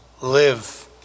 live